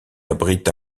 abrite